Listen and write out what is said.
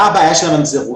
מה הבעיה של ממזרות?